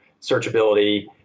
searchability